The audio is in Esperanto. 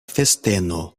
festeno